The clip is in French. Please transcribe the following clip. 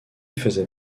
faisait